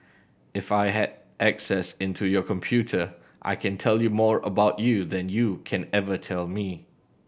if I had access into your computer I can tell you more about you than you can ever tell me